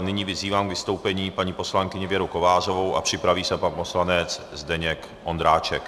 Nyní vyzývám k vystoupení paní poslankyni Věru Kovářovou a připraví se pan poslanec Zdeněk Ondráček.